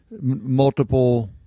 multiple